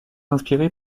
inspiré